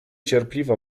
cierpliwa